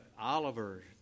Oliver